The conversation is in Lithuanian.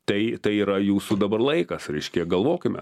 tai tai yra jūsų dabar laikas reiškia galvokime